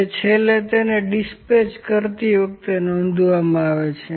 જે છેલ્લે તેને ડિસ્પેચ કર્તી વખતે નોંધવામાં આવે છે